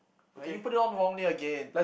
you put it on wrongly again